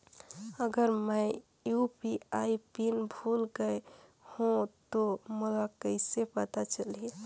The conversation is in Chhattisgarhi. अगर मैं यू.पी.आई पिन भुल गये हो तो मोला कइसे पता चलही?